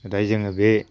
नाथाय जोङो बे